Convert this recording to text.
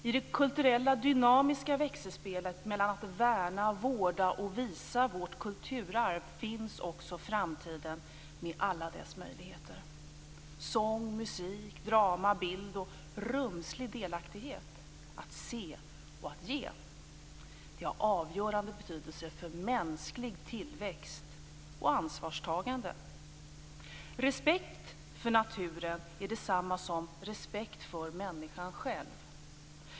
I det kulturella dynamiska växelspelet mellan att värna, vårda och visa vårt kulturarv finns också framtiden med alla dess möjligheter. Sång, musik, drama, bild och rumslig delaktighet, att se och att ge, har avgörande betydelse för mänsklig tillväxt och för ansvarstagande. Respekt för naturen är detsamma som respekt för människan själv.